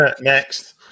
next